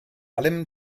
allem